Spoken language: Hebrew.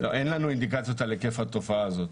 לא, אין לנו אינדיקציות על היקף התופעה הזאת.